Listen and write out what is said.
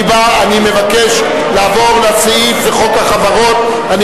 אני מבקש לעבור להצעת חוק החברות (תיקון מס'